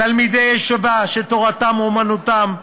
תלמידי ישיבה שתורתם אומנותם,